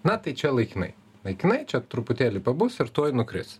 na tai čia laikinai laikinai čia truputėlį pabus ir tuoj nukris